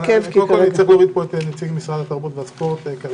קודם כל --- פה את נציג משרד התרבות כרגע.